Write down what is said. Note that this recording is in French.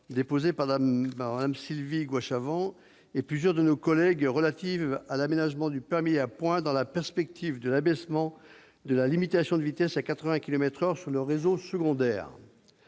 déposée par Mme Sylvie Goy-Chavent et plusieurs de nos collègues, relative à l'aménagement du permis à points dans la perspective de l'abaissement de la limitation de vitesse à 80 kilomètres par heure sur le réseau secondaire.